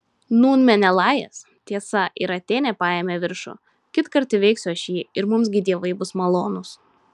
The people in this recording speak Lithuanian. nūn menelajas tiesa ir atėnė paėmė viršų kitkart įveiksiu aš jį ir mums gi dievai bus malonūs